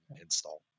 Install